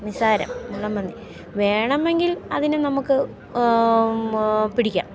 നിസ്സാരം മുള്ളൻപ്പന്നി വേണമെങ്കിൽ അതിനെ നമുക്ക് പിടിക്കാം